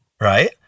Right